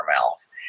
mouth